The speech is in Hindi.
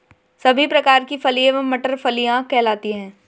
सभी प्रकार की फली एवं मटर फलियां कहलाती हैं